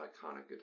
iconic